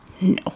No